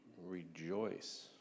rejoice